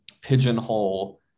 pigeonhole